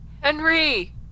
Henry